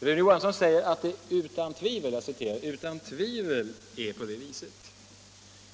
Rune Johansson säger att det ”utan tvivel” är så.